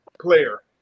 player